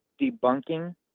debunking